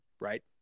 right